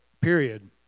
period